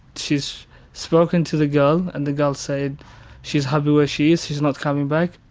she's spoken to the girl and the girl said she's happy where she is, she's not coming back.